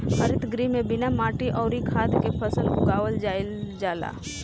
हरित गृह में बिना माटी अउरी खाद के फसल उगावल जाईल जाला